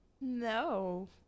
No